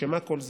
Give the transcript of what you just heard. לשם מה כל זה?